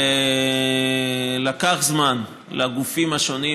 לקח זמן לגופים השונים,